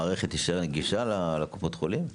המערכת תישאר נגישה לקופות החולים?